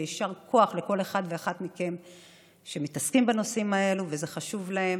ויישר כוח לכל אחד ואחת מכם שמתעסקים בנושאים האלה וזה חשוב להם.